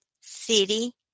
city